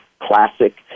classic